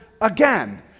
again